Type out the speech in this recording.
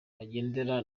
bagendera